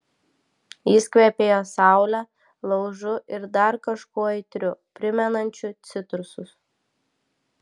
jis kvepėjo saule laužu ir dar kažkuo aitriu primenančiu citrusus